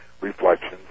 reflections